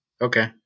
Okay